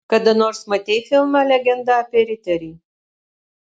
kada nors matei filmą legenda apie riterį